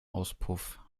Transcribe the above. auspuff